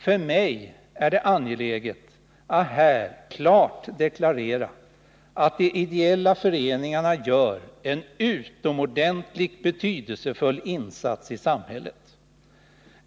För mig är det angeläget att här klart deklarera att de ideella föreningarna gör en utomordentligt betydelsefull insats i samhället.